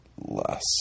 less